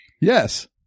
Yes